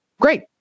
Great